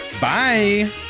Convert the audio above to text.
Bye